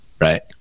right